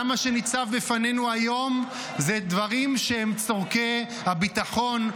גם מה שניצב בפנינו היום זה דברים שהם צורכי הביטחון,